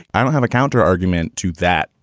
i don't have a counter argument to that.